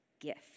gift